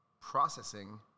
processing